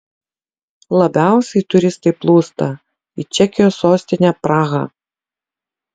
labiausiai turistai plūsta į čekijos sostinę prahą